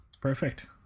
Perfect